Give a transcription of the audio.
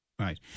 Right